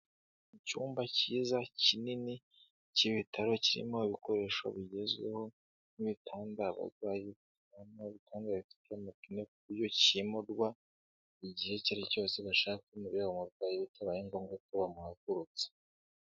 Icyumba cyiza kinini cy'ibitaro kirimo ibikoresho bigezweho n'ibitanda abarwayi baryamaho, ibitanda bifite amapine ku buryo kimurwa igihe icyo ari cyose bashaka kwimura uriya murwayi bitabaye ngombwa ko bamuhagurutsa.